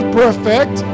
perfect